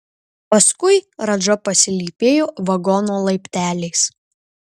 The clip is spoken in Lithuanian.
paskui radža pasilypėjo vagono laipteliais